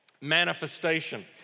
Manifestation